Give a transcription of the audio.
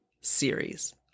series